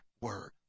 word